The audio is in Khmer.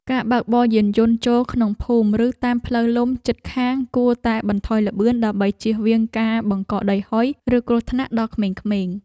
ការបើកបរយានយន្តចូលក្នុងភូមិឬតាមផ្លូវលំជិតខាងគួរតែបន្ថយល្បឿនដើម្បីជៀសវាងការបង្កដីហុយឬគ្រោះថ្នាក់ដល់ក្មេងៗ។